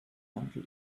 until